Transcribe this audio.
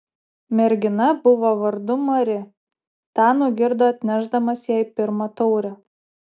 mergina buvo vardu mari tą nugirdo atnešdamas jai pirmą taurę